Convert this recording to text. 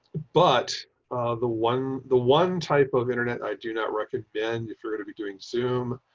but the one, the one type of internet. i do not recommend if you're going to be doing soon